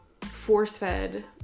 force-fed